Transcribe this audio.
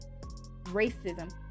racism